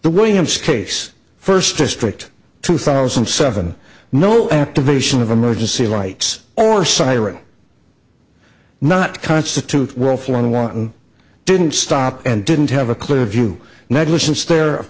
the williams case first district two thousand and seven no activation of emergency lights or siren not constitute worldful on one didn't stop and didn't have a clear view negligence there of